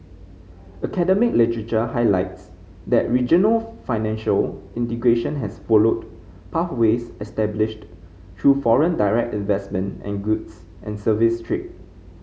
academic literature highlights that regional financial integration has followed pathways established through foreign direct investment and goods and service trade